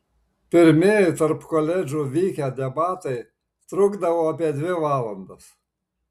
pirmieji tarp koledžų vykę debatai trukdavo apie dvi valandas